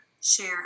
share